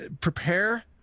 prepare